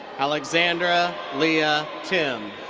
alexandra lea ah timm.